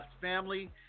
family